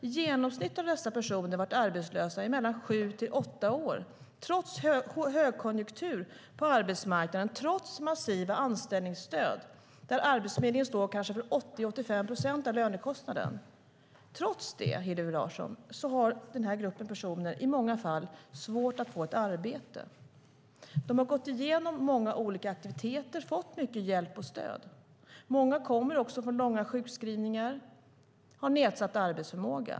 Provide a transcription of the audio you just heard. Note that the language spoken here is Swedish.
I genomsnitt har dessa personer varit arbetslösa i sju åtta år, trots högkonjunktur på arbetsmarknaden och trots massiva anställningsstöd. Arbetsförmedlingen står kanske för 80-85 procent av lönekostnaden. Trots det, Hillevi Larsson, har den här gruppen personer i många fall svårt att få ett arbete. De har gått igenom många olika aktiviteter och fått mycket hjälp och stöd. Många kommer från långa sjukskrivningar och har nedsatt arbetsförmåga.